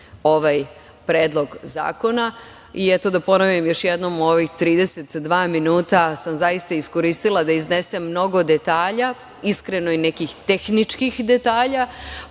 ovaj predlog zakona.I eto da ponovim još jednom, u ovih 32 minuta sam zaista iskoristila da iznesem mnogo detalja, iskreno i nekih tehničkih detalja,